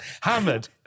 Hammered